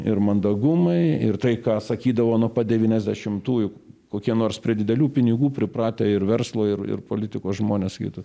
ir mandagumai ir tai ką sakydavo nuo pat devyniasdešimtųjų kokie nors prie didelių pinigų pripratę ir verslo ir ir politikos žmonės sakytų